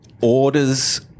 orders